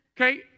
Okay